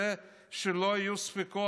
שלא יהיו ספקות,